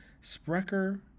Sprecher